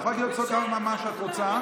את יכולה לצעוק כמה זמן שאת רוצה.